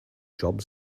job